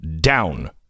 down